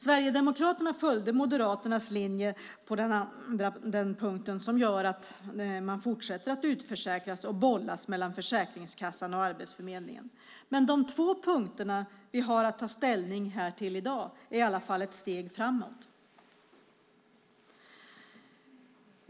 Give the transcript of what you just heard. Sverigedemokraterna följde Moderaternas linje på en punkt, vilket innebär att människor fortsätter att utförsäkras och bollas mellan Försäkringskassan och Arbetsförmedlingen. Men de två punkter vi i dag har att ta ställning till är i alla fall ett steg framåt.